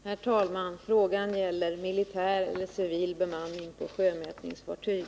Herr talman! Frågan gällde civil eller militär bemanning av sjömätningsfartyg.